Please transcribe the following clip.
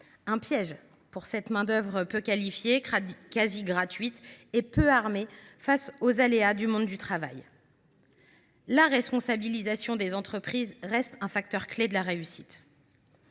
un piège pour cette main d’œuvre quasi gratuite et peu armée face aux aléas du monde du travail ! La responsabilisation des entreprises reste donc un facteur clé de la réussite.